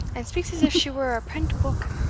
and speaks as if she were a prent book,